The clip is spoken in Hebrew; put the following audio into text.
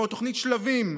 כמו תוכנית שלבים,